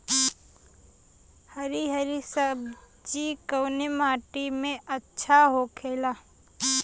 हरी हरी सब्जी कवने माटी में अच्छा होखेला?